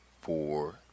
four